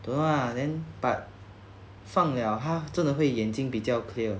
don't know ah then but 放 liao 他真的会眼睛比较 clear